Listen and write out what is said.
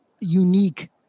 unique